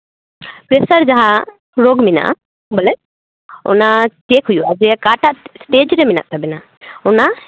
ᱯᱮᱥᱟᱨ ᱡᱟᱦᱟᱸ ᱨᱳᱜᱽ ᱢᱮᱱᱟᱜᱼᱟ ᱚᱱᱟ ᱪᱮᱠ ᱦᱩᱭᱩᱜᱼᱟ ᱡᱮ ᱚᱠᱟᱴᱟᱜ ᱥᱴᱮᱡᱨᱮ ᱢᱮᱱᱟᱜ ᱛᱟᱵᱮᱱᱟ ᱚᱱᱟ